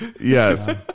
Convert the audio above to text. Yes